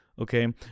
Okay